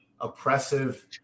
oppressive